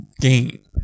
game